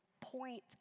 point